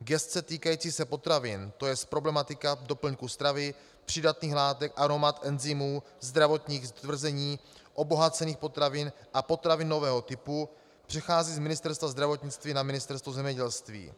Gesce týkající se potravin, tj. problematika doplňků stravy, přídavných látek, aromat, enzymů, zdravotních stvrzení, obohacených potravin a potravin nového typu, přechází z Ministerstva zdravotnictví na Ministerstvo zemědělství.